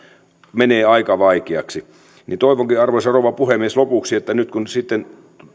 menee aika vaikeasti toivonkin arvoisa rouva puhemies lopuksi hartaasti että nyt kun sitten